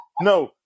No